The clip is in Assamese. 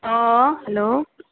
অঁ হেল্ল'